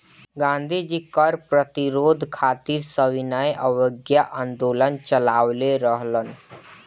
गांधी जी कर प्रतिरोध खातिर सविनय अवज्ञा आन्दोलन चालवले रहलन